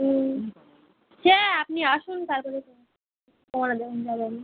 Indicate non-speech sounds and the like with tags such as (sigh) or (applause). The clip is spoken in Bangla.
হুম সে আপনি আসুন তার পরে (unintelligible) কমানো (unintelligible) যাবে